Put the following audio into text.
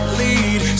lead